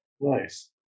Nice